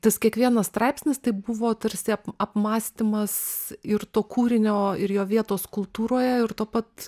tas kiekvienas straipsnis tai buvo tarsi apmąstymas ir to kūrinio ir jo vietos kultūroje ir tuo pat